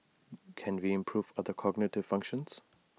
can we improve other cognitive functions